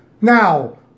Now